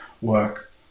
work